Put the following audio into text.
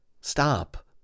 stop